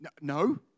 No